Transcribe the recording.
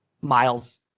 Miles